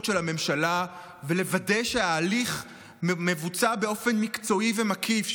של הממשלה ולוודא שההליך מבוצע באופן מקצועי ומקיף,